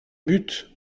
but